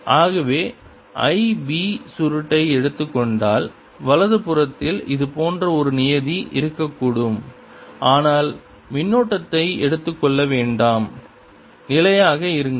ஆகவே I B சுருட்டை எடுத்துக் கொண்டால் வலது புறத்தில் இது போன்ற ஒரு நியதி இருக்கக்கூடும் ஆனால் மின்னோட்டத்தை எடுத்துக்கொள்ள வேண்டாம் நிலையாக இருங்கள்